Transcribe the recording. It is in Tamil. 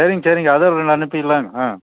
சரிங்க சரிங்க அது அனுப்பிடலாங்க